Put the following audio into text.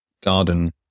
garden